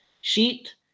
sheet